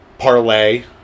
parlay